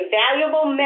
valuable